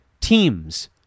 teams